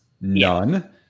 none